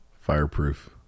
Fireproof